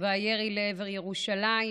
והירי לעבר ירושלים